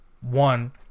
one